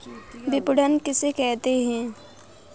विपणन किसे कहते हैं?